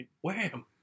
Wham